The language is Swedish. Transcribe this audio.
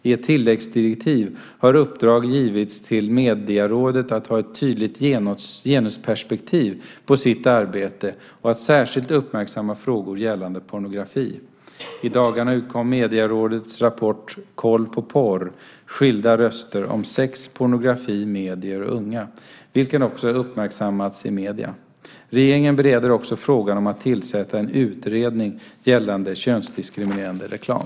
I ett tilläggsdirektiv har uppdrag givits till Medierådet att ha ett tydligt genusperspektiv på sitt arbete och att särskilt uppmärksamma frågor gällande pornografi. I dagarna utkom Medierådets rapport Koll på porr - skilda röster om sex, pornografi, medier och unga , vilken också har uppmärksammats i medierna. Regeringen bereder också frågan om att tillsätta en utredning gällande könsdiskriminerande reklam.